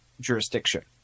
jurisdiction